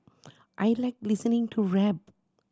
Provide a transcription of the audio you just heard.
I like listening to rap